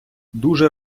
дуже